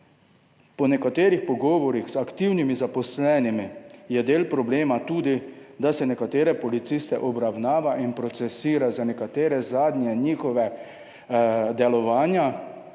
Po nekaterih pogovorih z aktivnimi zaposlenimi je del problema tudi, da se nekatere policiste obravnava in procesira za nekatera njihova zadnja